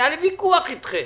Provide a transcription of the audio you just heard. היה לי ויכוח אתכם.